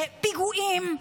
פיגועים,